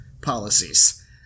policies